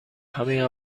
همین